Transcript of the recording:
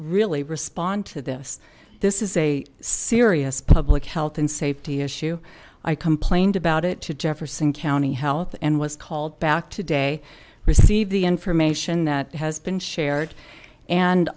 really respond to this this is a serious public health and safety issue i complained about it to jefferson county health and was called back today received the information that has been shared and